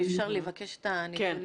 אם אפשר לבקש את הנתונים.